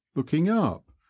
looking up,